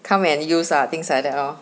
come and use ah things like that lor